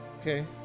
Okay